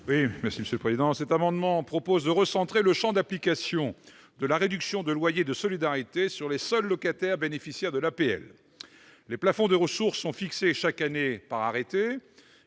n° II-185 rectifié. Cet amendement tend à recentrer le champ d'application de la réduction de loyer de solidarité sur les seuls locataires bénéficiaires de l'APL. Les plafonds de ressources sont fixés, chaque année, par arrêté.